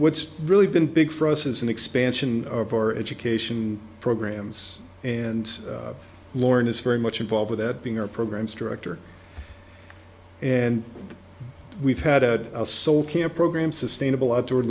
what's really been big for us is an expansion of our education programs and lauren is very much involved with that being our programs director and we've had a sole care program sustainable outdoor